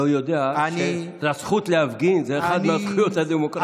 לא יודע שהזכות להפגין היא אחת מהזכויות הדמוקרטיות.